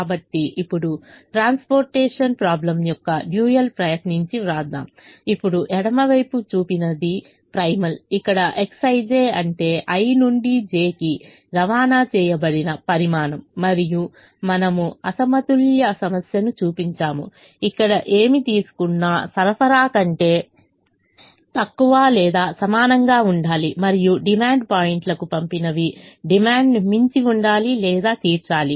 కాబట్టి ఇప్పుడు transportation problem యొక్క డ్యూయల్ ప్రయత్నించి వ్రాద్దాం ఇప్పుడు ఎడమవైపు చూపినది ప్రైమల్ ఇక్కడ Xij అంటే i నుండి j కి రవాణా చేయబడిన పరిమాణం మరియు మనము అసమతుల్య సమస్యను చూపించాము ఇక్కడ ఏమి తీసుకున్న సరఫరా కంటే తక్కువ లేదా సమానం గా ఉండాలి మరియు డిమాండ్ పాయింట్లకు పంపినవి డిమాండ్ను మించి ఉండాలి లేదా తీర్చాలి